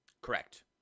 Correct